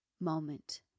moment